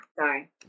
Sorry